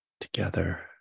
together